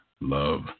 love